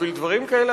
בשביל דברים כאלה,